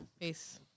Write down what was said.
Peace